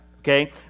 okay